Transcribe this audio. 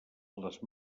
les